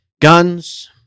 guns